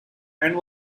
and